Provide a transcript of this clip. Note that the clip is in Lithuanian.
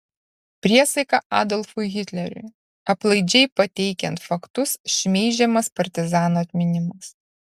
priesaika adolfui hitleriui aplaidžiai pateikiant faktus šmeižiamas partizanų atminimas